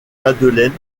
madeleine